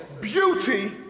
Beauty